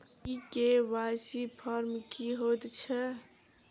ई KYC form की हएत छै?